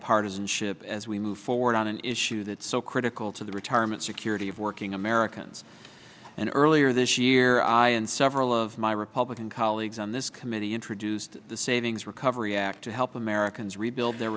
partisanship as we move forward on an issue that's so critical to the retirement security of working americans and earlier this year i and several of my republican colleagues on this committee introduced the savings recovery act to help americans rebuild their